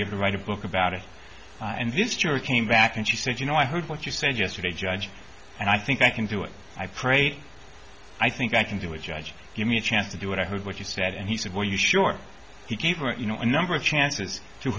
have to write a book about it and this jury came back and she said you know i heard what you said yesterday judge and i think i can do it i prayed i think i can do it judge give me a chance to do it i heard what you said and he said well you sure he gave her a you know a number of chances to